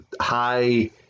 high